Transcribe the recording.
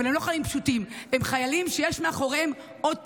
אבל הם חיילים שיש מאחוריהם עוד פקודים.